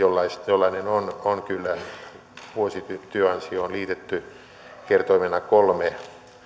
jollainen on kyllä vuosityöansioon liitetty kertoimena kolme